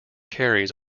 carries